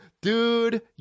dude